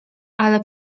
ale